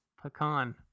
pecan